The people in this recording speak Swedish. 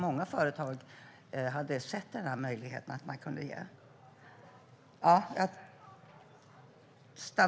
Många företag hade sett den möjligheten.